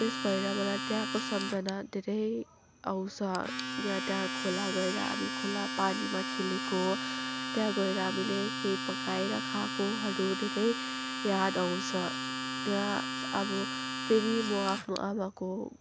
त्यस भएर मलाई त्यहाँको सम्झना धेरै आउँछ यहाँ त्यहाँ खोला गएएर हामी खोला पानीमा खेलेको त्यहाँ गएर हामीले केही पकाएर खाएकोहरू धेरै याद आउँछ त्यहाँ अब फेरि म आफ्नो आमाको